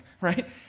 right